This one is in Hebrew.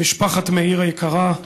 משפחת מאיר היקרה,